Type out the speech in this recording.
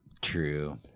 True